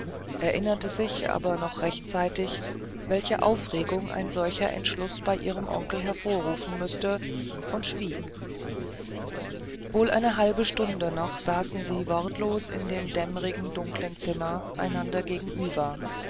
erinnerte sich aber noch rechtzeitig welche aufregung ein solcher entschluß bei ihrem onkel hervorrufen müßte und schwieg wohl eine halbe stunde noch saßen sie wortlos in dem dämmrig dunklen zimmer einander gegenüber